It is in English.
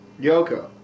Yoko